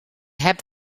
heb